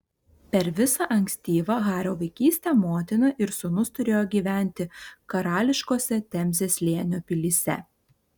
per visą ankstyvą hario vaikystę motina ir sūnus turėjo gyventi karališkose temzės slėnio pilyse